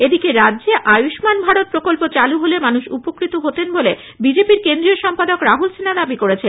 এদিকে রাজ্যে আয়ুম্মান ভারত প্রকল্প চালু হলে মানুষ উপকৃত হতেন বলে বিজেপির কেন্দ্রীয় সম্পাদক রাহুল সিন্হা দাবি করেছেন